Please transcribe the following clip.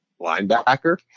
linebacker